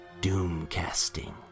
doom-casting